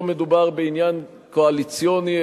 לא מדובר בעניין קואליציוני,